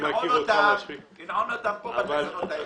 אני מכיר אותך --- אתם צריכים לנעול אותם בתקנות האלה.